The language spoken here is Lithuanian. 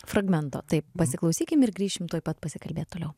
fragmento taip pasiklausykim ir grįšim tuoj pat pasikalbėt toliau